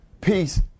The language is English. peace